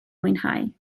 mwynhau